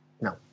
No